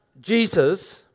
Jesus